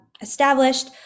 established